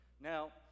Now